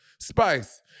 Spice